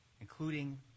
including